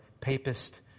papist